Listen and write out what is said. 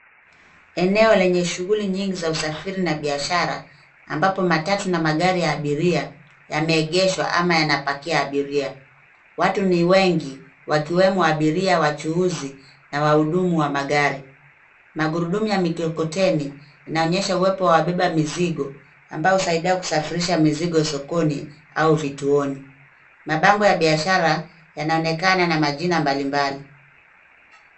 Eneo lenye ahughuli nyingi za usafiri na biashara ambapo magari ya abiria yameegeshwa ama yanapakia abiria. Watu ni wengi wakiwemo abiria, wachuuzi na wahudumu wa magari. Magurudumu ya mikokoteni inaonyesha uwepo wa wabeba mizigo ambao husaidia kusadirisha mizigo sokoni au vituoni. Mabango ya biashara yanaonekana na majina mbalimbali.